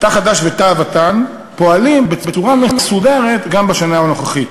תא חד"ש ותא "אל-וטן" פועלים בצורה מסודרת גם בשנה הנוכחית.